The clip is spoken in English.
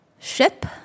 Ship